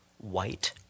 white